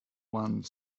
one